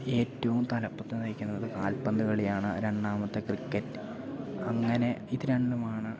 ഏറ്റവും തലപ്പത്ത് നയിക്കുന്നത് കാൽപ്പന്ത് കളിയാണ് രണ്ടാമത്തെ ക്രിക്കറ്റ് അങ്ങനെ ഇത് രണ്ടുമാണ്